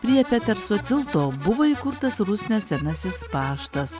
prie petersono tilto buvo įkurtas rusnės senasis paštas